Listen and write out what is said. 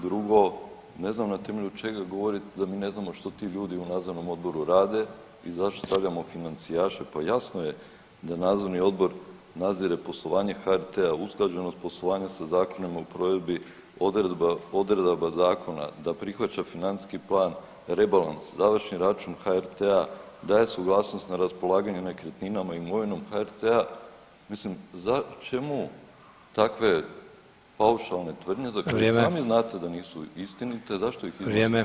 Drugo, ne znam na temelju čega govorite da mi ne znamo što ti ljudi u nadzornom odboru rade i zašto stavljamo financijaše pa jasno je da nadzorni odbor nadzire poslovanje HRT-a, usklađenost poslovanja sa zakonima u provedbi odredaba zakona, da prihvaća financijski plan, rebalans, završni račun HRT-a, daje suglasnost na raspolaganje nekretninama i imovinom HRT-a, mislim čemu takve paušalne tvrdnje [[Upadica: Vrijeme.]] za koje i sami znate da nisu istinite [[Upadica: Vrijeme.]] zašto ih iznosite za ovom govornicom.